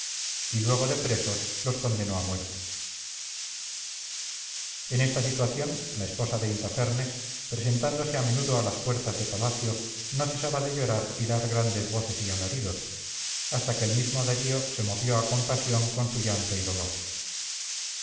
y luego de presos los condenó a muerte en esta situación la esposa de intafernes presentándose a menudo a las puertas de palacio no cesaba de llorar y dar grandes voces y alaridos hasta que el mismo darío se movió a compasión con su llanto y dolor